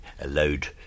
allowed